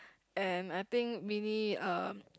and I think Winnie um